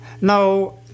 No